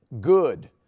good